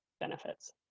Benefits